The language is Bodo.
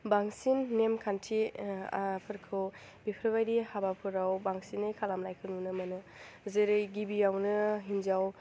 बांसिन नेमखान्थि फोरखौ बेफोरबायदि हाबाफोराव बांसिनै खालामनायखौ नुनो मोनो जेरै गिबियावनो हिन्जाव